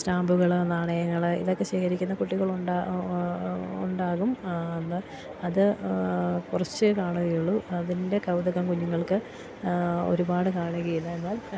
സ്റ്റാമ്പുകള് നാണയങ്ങള് ഇതൊക്കെ ശേഖരിക്കുന്ന കുട്ടികളുണ്ട് ഉണ്ടാകും അന്ന് അത് കുറച്ചേ കാണുകയുള്ളൂ അതിൻ്റെ കൗതകം കുഞ്ഞുങ്ങൾക്ക് ഒരുപാട് കാണുകയില്ല എന്നാൽ